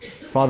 Father